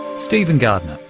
stephen gardiner,